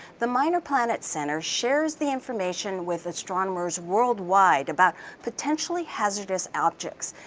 the minor planet center shares the information with astronomers worldwide about potentially hazardous objects.